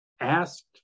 asked